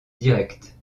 directe